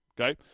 okay